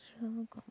here got